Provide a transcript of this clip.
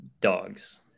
Dogs